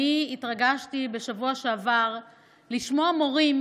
אני התרגשתי בשבוע שעבר לשמוע מורים